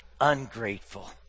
ungrateful